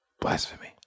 Blasphemy